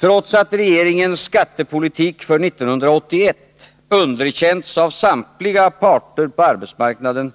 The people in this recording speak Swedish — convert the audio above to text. Trots att regeringens skattepolitik för 1981 underkänts av samtliga parter på arbetsmarknaden,